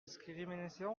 discrimination